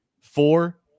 four